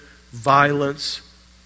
violence